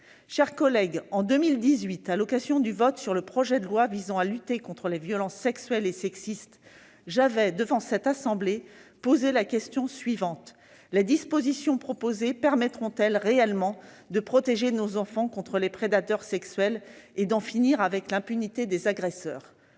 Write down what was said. chers collègues, en 2018, à l'occasion du vote sur le projet de loi renforçant la lutte contre les violences sexuelles et sexistes, j'avais, devant cette assemblée, posé la question suivante : les dispositions proposées permettront-elles réellement de protéger nos enfants contre les prédateurs sexuels et d'en finir avec l'impunité des agresseurs ?